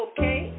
Okay